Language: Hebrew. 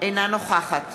אינה נוכחת